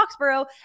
foxborough